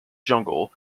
jungle